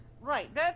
right